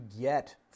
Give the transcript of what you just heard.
get